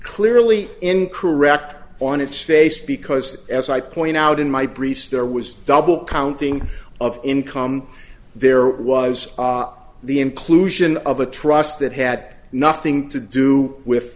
clearly incorrect on its face because as i point out in my briefs there was double counting of income there was the inclusion of a trust that had nothing to do with